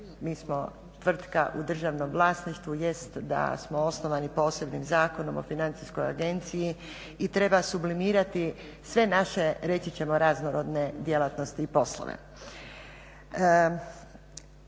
mi smo tvrtka u državnom vlasništvu, jest da smo osnovali posebnim Zakonom o financijskoj agenciji i treba sublimirati sve naše, reći ćemo raznorobne djelatnosti i poslove.